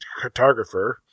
cartographer